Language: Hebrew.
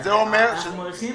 אנחנו מעריכים